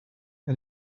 and